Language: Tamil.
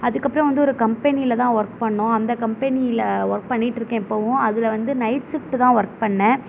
அதுக்கு அப்புறம் வந்து ஒரு கம்பெனியில் தான் ஒர்க் பண்ணோம் அந்த கம்பெனியில் ஒர்க் பண்ணிட்டு இருக்கேன் இப்பவும் அதில் வந்து நைட் ஷிஃப்ட்டு தான் ஒர்க் பண்ணேன்